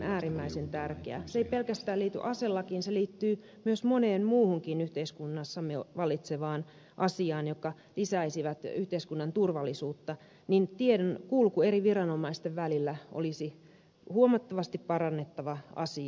se ei pelkästään liity aselakiin vaan se liittyy myös moneen muuhunkin yhteiskunnassamme vallitsevaan asiaan jotka lisäisivät yhteiskunnan turvallisuutta ja joissa tiedonkulku eri viranomaisten välillä olisi huomattavasti parannettava asia